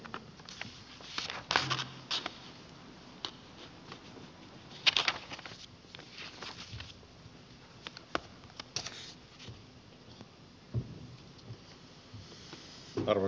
arvoisa herra puhemies